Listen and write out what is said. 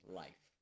life